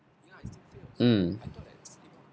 mm